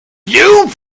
you